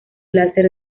láser